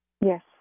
Yes